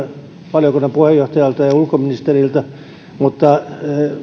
valiokunnan puheenjohtajalta ja ja ulkoministeriltä mutta